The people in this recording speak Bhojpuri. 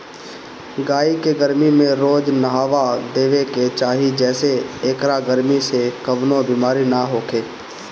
गाई के गरमी में रोज नहावा देवे के चाही जेसे एकरा गरमी से कवनो बेमारी ना होखे